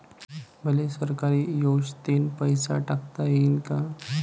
मले सरकारी योजतेन पैसा टाकता येईन काय?